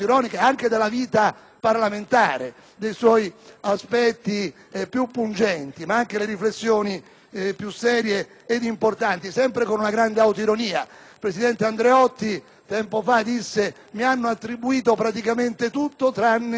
parlamentare, dei suoi aspetti più pungenti, riflessioni tra le più serie ed importanti, espresse sempre con una grande autoironia. Il presidente Andreotti tempo fa disse: «Mi hanno attribuito praticamente tutto, tranne che le guerre puniche».